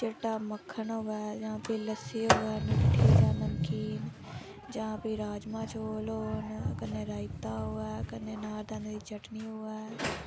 चिट्टा मक्खन होऐ जां फ्ही लस्सी होऐ मिट्ठी जां नमकीन जां फ्ही राजमां चौल होन कन्नै रायता होऐ कन्नै नार दाने दी चटनी होऐ